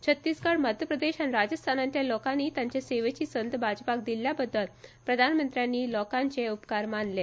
छत्तीसगड मध्यप्रदेश आनी राजस्थानातल्या लोकांनी तांचे सेवेची संद भाजपाक दिल्ल्याबद्दल प्रधानमंत्र्यांनी लोकांचे उपकार मानले